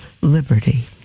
liberty